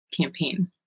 campaign